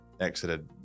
exited